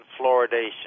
fluoridation